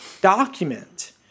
document